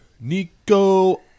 Nico